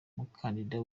umukandida